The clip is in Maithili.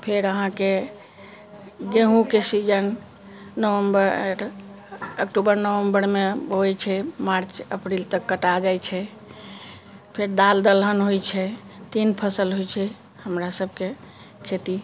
फेर अहाँके गेहूँ के सीजन नवम्बर अक्टूबर नवम्बरमे होइ छै मार्च अप्रिल तक कटा जाइ छै फेर दालि दलहन होइ छै तीन फसल होइ छै हमरा सभके खेती